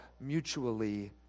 mutually